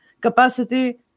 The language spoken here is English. capacity